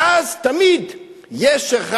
ואז תמיד יש אחד.